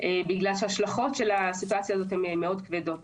בגלל שההשלכות של הסיטואציה הזאת הן מאוד כבדות.